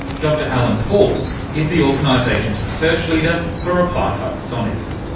dr allan paull is the organisation's research leader for applied hypersonics.